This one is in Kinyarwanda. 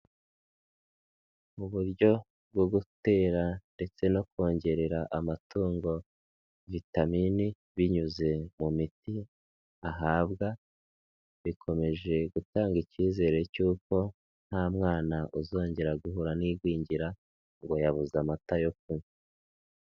Mu buryo bwo gutera ndetse no kongerera amatungo vitamini binyuze mu miti ahabwa, bikomeje gutanga icyizere cy'uko nta mwana uzongera guhura n'igwingira ngo yabuze amata yo kunywa.